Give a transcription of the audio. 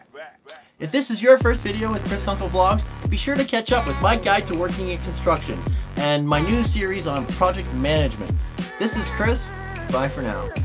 if this is your first video with chriskonklevlogs be sure to catch up with my guide to working in construction and my new series on project management this is chris bye for now.